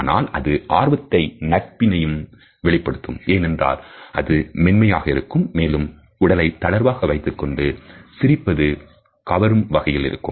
ஆனால் அது ஆர்வத்தையும் நட்பின் ஐயும் வெளிப்படுத்தும் ஏனென்றால் அது மென்மையாக இருக்கும் மேலும் உடலைத் தளர்வாக வைத்துக் கொண்டு சிரிப்பது கவரும் வகையில் இருக்கும்